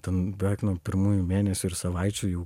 ten beveik nuo pirmųjų mėnesių ir savaičių jau